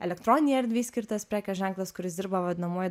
elektroninei erdvei skirtas prekės ženklas kuris dirba vadinamuoju